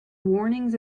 warnings